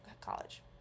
college